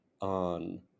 on